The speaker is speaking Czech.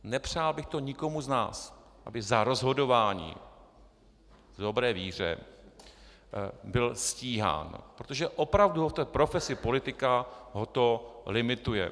Nepřál bych to nikomu z nás, aby za rozhodování v dobré víře byl stíhán, protože opravdu v profesi politika to limituje.